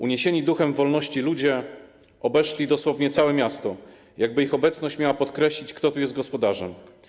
Uniesieni duchem wolności ludzie obeszli dosłownie całe miasto, jakby ich obecność miała podkreślić, kto tu jest gospodarzem.